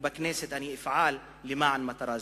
ובכנסת אני אפעל למען מטרה זו.